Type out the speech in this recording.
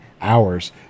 hours